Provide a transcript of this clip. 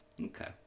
Okay